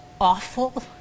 awful